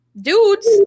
dudes